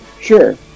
Sure